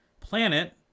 planet